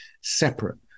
separate